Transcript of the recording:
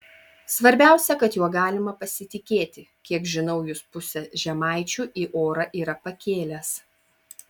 svarbiausia kad juo galima pasitikėti kiek žinau jis pusę žemaičių į orą yra pakėlęs